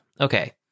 okay